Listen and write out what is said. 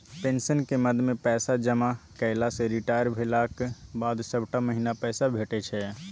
पेंशनक मदमे पैसा जमा कएला सँ रिटायर भेलाक बाद सभटा महीना पैसे भेटैत छै